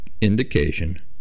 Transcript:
indication